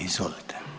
Izvolite.